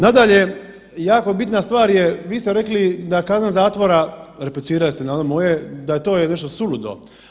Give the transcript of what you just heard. Nadalje, jako bitna stvar je vi ste rekli da kazna zatvora, replicirali ste na ono moje da je to nešto suludo.